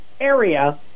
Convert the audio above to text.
area